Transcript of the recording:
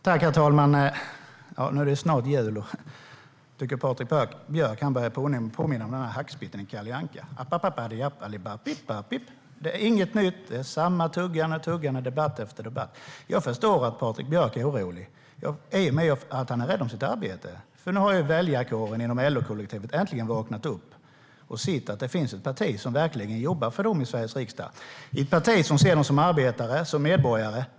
Herr talman! Nu är det snart jul, och jag tycker att Patrik Björck börjar påminna om hackspetten i Kalle Anka. Det är inget nytt, utan det är samma tuggande debatt efter debatt. Jag förstår att Patrik Björck är orolig, i och med att han är rädd om sitt arbete. Nu har ju väljarkåren inom LO-kollektivet äntligen vaknat upp och sett att det finns ett parti som verkligen jobbar för dem i Sveriges riksdag, ett parti som ser dem som arbetare och som medborgare.